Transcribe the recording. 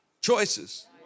choices